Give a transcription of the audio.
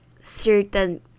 certain